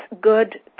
good